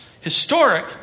Historic